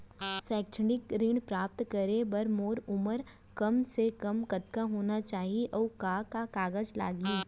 शैक्षिक ऋण प्राप्त करे बर मोर उमर कम से कम कतका होना चाहि, अऊ का का कागज लागही?